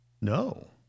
No